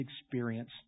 experience